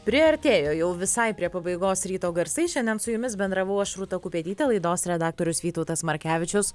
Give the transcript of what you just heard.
priartėjo jau visai prie pabaigos ryto garsai šiandien su jumis bendravau aš rūta kupetytė laidos redaktorius vytautas markevičius